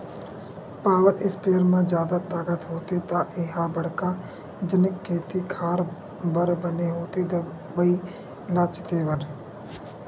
power sprayer म जादा ताकत होथे त ए ह बड़का जनिक खेते खार बर बने होथे दवई ल छिते बर